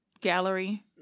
gallery